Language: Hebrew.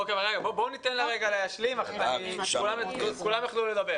בואו ניתן לסימה להשלים ואחר כך נשאל את השאלות.